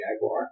Jaguar